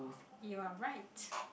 you are right